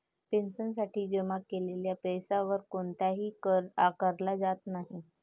पेन्शनसाठी जमा केलेल्या पैशावर कोणताही कर आकारला जात नाही